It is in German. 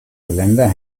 geländer